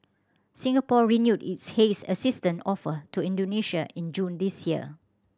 Singapore renewed its haze assistant offer to Indonesia in June this year